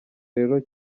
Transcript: rero